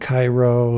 Cairo